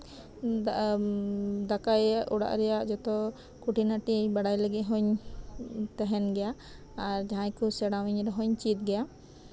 ᱫᱟᱠᱟ ᱚᱲᱟᱜ ᱨᱮᱱᱟᱜ ᱡᱚᱛᱚ ᱠᱷᱩᱴᱤᱱᱟᱴᱤ ᱵᱟᱲᱟᱭ ᱞᱟᱹᱜᱤᱫ ᱦᱚᱧ ᱛᱟᱸᱦᱮᱱ ᱜᱮᱭᱟ ᱟᱨ ᱡᱟᱸᱦᱟᱭ ᱠᱚ ᱥᱮᱲᱟ ᱟᱹᱧ ᱨᱮᱦᱚᱧ ᱪᱮᱫ ᱜᱮᱭᱟ